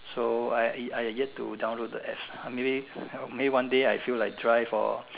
so I yet I yet to download the apps ah maybe maybe one day I feel like drive or